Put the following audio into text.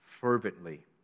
fervently